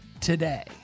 today